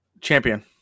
Champion